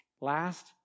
Last